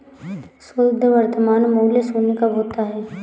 शुद्ध वर्तमान मूल्य शून्य कब होता है?